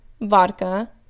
vodka